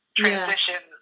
transition